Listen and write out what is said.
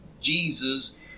Jesus